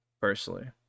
personally